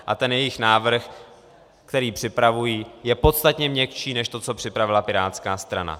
A ten jejich návrh, který připravují, je podstatně měkčí než to, co připravila pirátská strana.